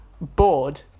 bored